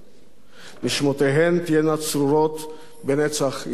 נשמותיהם תהיינה צרורות בנצח ישראל.